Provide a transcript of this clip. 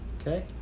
Okay